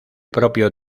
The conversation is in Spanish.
propio